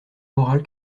morale